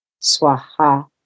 Swaha